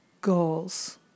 goals